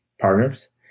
partners